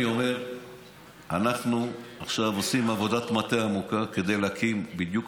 לכן אני אומר שאנחנו עכשיו עושים עבודת מטה עמוקה כדי להקים בדיוק